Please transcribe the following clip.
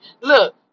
Look